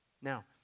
Now